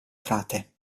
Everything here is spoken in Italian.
frate